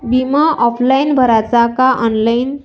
बिमा ऑफलाईन भराचा का ऑनलाईन?